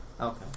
Okay